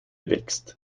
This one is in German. wächst